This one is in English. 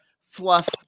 fluff